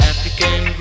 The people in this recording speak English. African